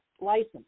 license